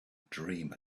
dream